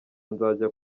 nzajya